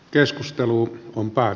keskusteluun humppa